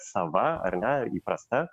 sava ar ne įprasta